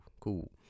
Cool